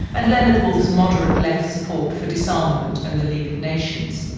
and leonard woolf's moderate left support for disarmament and the league of nations.